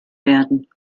werden